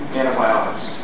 antibiotics